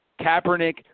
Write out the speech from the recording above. Kaepernick